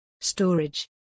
Storage